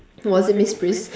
was it miss pris